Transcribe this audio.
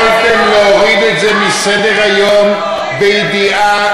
יכולתם להוריד את זה מסדר-היום בידיעה,